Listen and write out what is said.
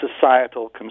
societal